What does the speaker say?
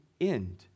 end